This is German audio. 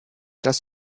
das